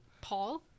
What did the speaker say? Paul